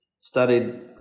studied